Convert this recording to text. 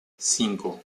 cinco